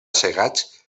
segats